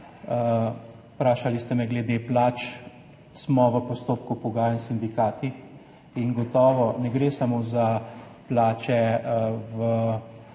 Vprašali ste me glede plač. Smo v postopku pogajanj s sindikati in gotovo ne gre samo za plače